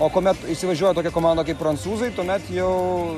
o kuomet įsivažiuoja tokia komanda kaip prancūzai mes jau